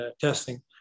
testing